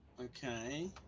Okay